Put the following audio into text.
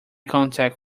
contact